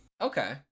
Okay